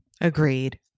Agreed